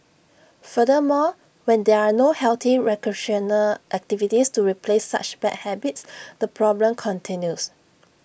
furthermore when there are no healthy recreational activities to replace such bad habits the problem continues